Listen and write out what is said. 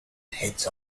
heads